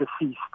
deceased